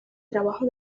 trabajo